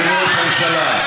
זאת השאלה היחידה פה.